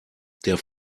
der